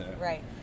right